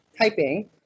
typing